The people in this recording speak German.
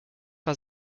war